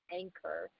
anchor